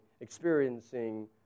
experiencing